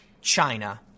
China